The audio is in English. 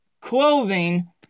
clothing